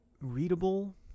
readable